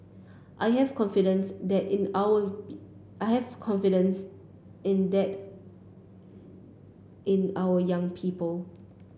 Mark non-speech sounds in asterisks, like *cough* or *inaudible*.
I have confidence that in our *unintelligible* I have confidence in that in our young people